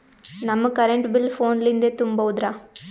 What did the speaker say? ನಮ್ current bill ಫೋನ ಲಿಂದೇ ತುಂಬೌದ್ರಾ?